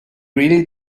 really